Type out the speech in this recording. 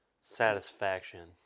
Satisfaction